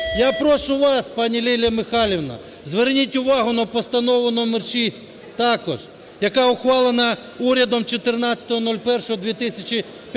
Я прошу вас, пані Лілія Михайлівна, зверніть увагу на Постанову № 6 також, яка ухвалена урядом 14.01.2015